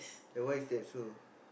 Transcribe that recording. and why is that so